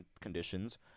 Conditions